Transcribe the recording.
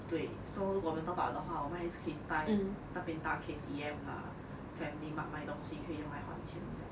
对 so 如果我们 top up 的话我们还是可以踏那边踏 K_T_M lah family mart 买东西可以用来还钱这样